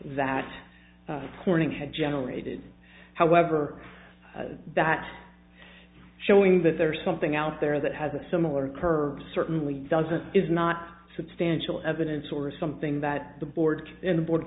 that corning had generated however that showing that there are something out there that has a similar curb certainly doesn't is not substantial evidence or something that the board in the board